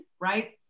right